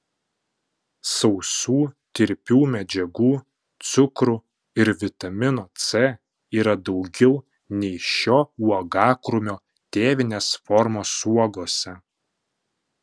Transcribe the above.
sausų tirpių medžiagų cukrų ir vitamino c yra daugiau nei šio uogakrūmio tėvinės formos uogose